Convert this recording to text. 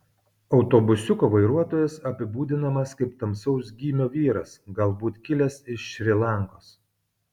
autobusiuko vairuotojas apibūdinamas kaip tamsaus gymio vyras galbūt kilęs iš šri lankos